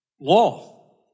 law